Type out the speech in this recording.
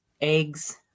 eggs